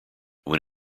when